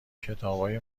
کتابای